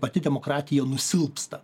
pati demokratija nusilpsta